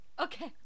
okay